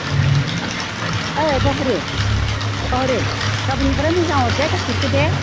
ओ ओ ओ ओय बहारि बहारि गाबोननिफ्राय मोजां हरदे गाइखेरखौ दे